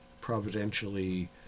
providentially